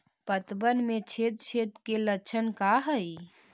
पतबन में छेद छेद के लक्षण का हइ?